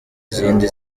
izindi